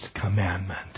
commandment